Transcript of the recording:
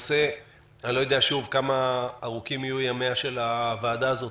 אני לא יודע כמה ארוכים יהיו ימיה של הוועדה הזו,